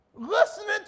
Listening